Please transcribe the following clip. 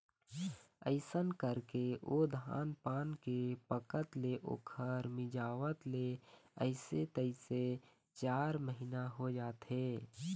अइसन करके ओ धान पान के पकत ले ओखर मिंजवात ले अइसे तइसे चार महिना हो जाथे